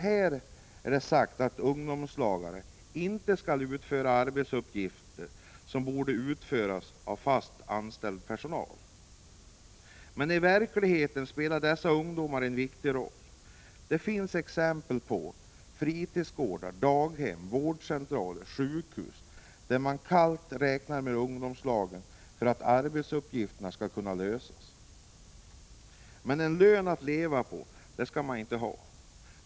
Det är sagt att ”ungdomslagarna” inte skall utföra arbetsuppgifter som borde utföras av fast anställd personal. Men i verkligheten spelar dessa ungdomar en viktig roll. Det finns exempel på fritidsgårdar, daghem, vårdcentraler och sjukhus där man kallt räknar med ungdomslag för att arbetsuppgifterna skall kunna lösas. Men en lön att leva på skall ungdomarna inte ha.